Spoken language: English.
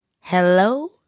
Hello